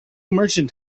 merchant